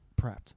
prepped